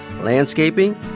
landscaping